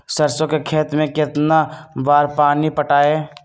सरसों के खेत मे कितना बार पानी पटाये?